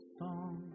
song